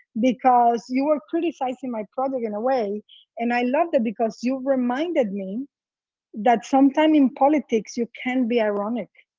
because you were criticizing my project in a way and i loved that because you reminded me that sometime in politics you can be ironic,